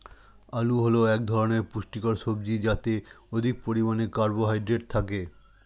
আলু হল এক ধরনের পুষ্টিকর সবজি যাতে অধিক পরিমাণে কার্বোহাইড্রেট থাকে